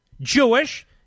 Jewish